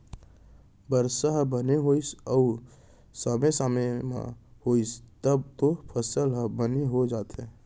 बरसा ह बने होइस अउ समे समे म होइस तब तो फसल ह बने हो जाथे